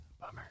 Bummer